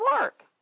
work